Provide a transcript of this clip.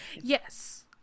Yes